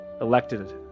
elected